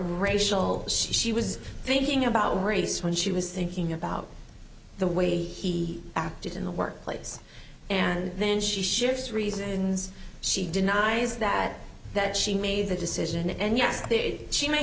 racial she was thinking about race when she was thinking about the way he acted in the workplace and then she shifts reasons she denies that that she made the decision and yes she may